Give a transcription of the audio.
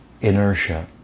inertia